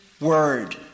word